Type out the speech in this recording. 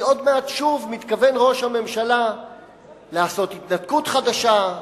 כי עוד מעט שוב מתכוון ראש הממשלה לעשות התנתקות חדשה,